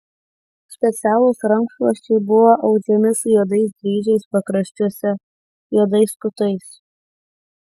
specialūs rankšluosčiai buvo audžiami su juodais dryžiais pakraščiuose juodais kutais